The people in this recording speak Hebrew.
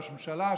ראש הממשלה,